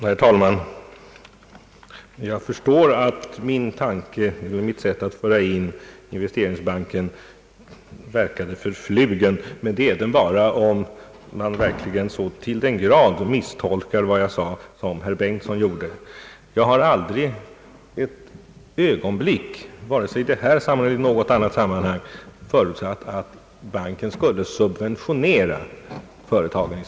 Herr talman! Jag förstår att mina uttalanden om investeringsbanken verkade förflugna, om man så till den grad misstolkar vad jag sade som herr Bengtson gjorde. Jag har aldrig ett ögonblick, vare sig i detta sammanhang eler i något annat, förutsatt att banken skulle subventionera företagen.